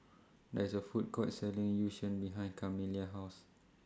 There IS A Food Court Selling Yu Sheng behind Camila's House